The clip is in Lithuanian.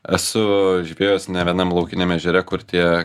esu žvejojęs nevienam laukiniam ežere kur tie